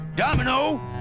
Domino